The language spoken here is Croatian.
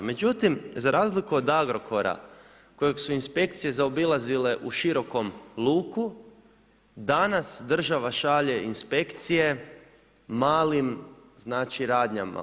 Međutim, za razliku od Agrokora kojeg su inspekcije zaobilazile u širokom luku, danas država šalje inspekcije malim radnjama.